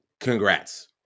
Congrats